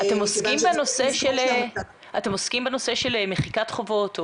אתם עוסקים בנושא של מחיקת חובות?